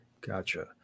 Gotcha